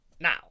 Now